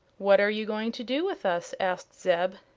what are you going to do with us? asked zeb.